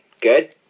good